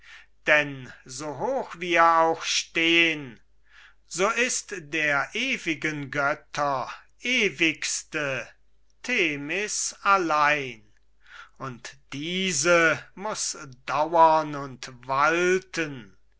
denn so hoch wir auch stehn so ist der ewigen götter ewigste themis allein und diese muß dauren und walten